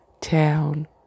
town